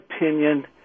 opinion